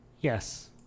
yes